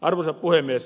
arvoisa puhemies